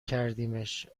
کردیمش